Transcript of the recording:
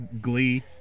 Glee